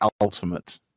ultimate